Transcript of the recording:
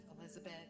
Elizabeth